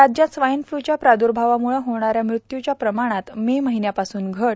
राज्यात स्वाईन फ्ल्यूच्या प्रादूर्भावामुळं होणाऱ्या मृत्यूच्या प्रमाणात मे महिन्यापाासून घट